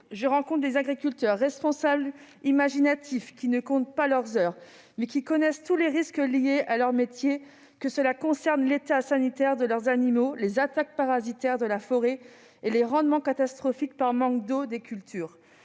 je rencontre des agriculteurs responsables et imaginatifs. Ils ne comptent pas leurs heures et connaissent tous les risques inhérents à leur métier, qu'il s'agisse de l'état sanitaire de leurs animaux, des attaques parasitaires subies par la forêt ou des rendements catastrophiques par manque d'eau des cultures.